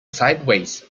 sideways